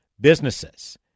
businesses